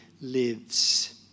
lives